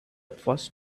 first